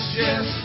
yes